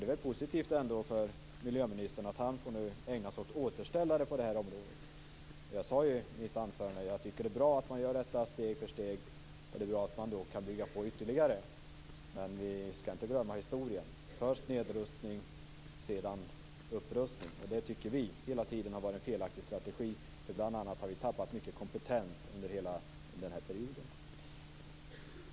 Det är väl positivt för miljöministern att han nu får ägna sig åt återställare på det här området. Jag sade i mitt anförande att det är bra att man gör detta steg för steg och att det gör att vi kan bygga på detta ytterligare. Men vi skall inte glömma historien: först nedrustning, sedan upprustning. Vi tycker att detta har varit en felaktig strategi. Sverige har bl.a. tappat mycket kompetens under hela denna period.